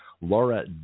Laura